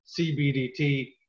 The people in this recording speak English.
CBDT